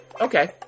okay